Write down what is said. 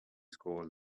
score